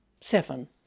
seven